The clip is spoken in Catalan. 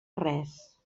res